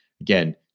again